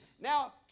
Now